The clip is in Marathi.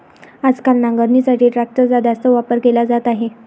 आजकाल नांगरणीसाठी ट्रॅक्टरचा जास्त वापर केला जात आहे